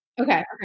okay